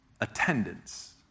attendance